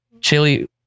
chili